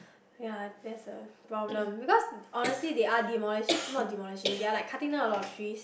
ya that's a problem because honestly they are demolish not demolishing they are like cutting down a lot of trees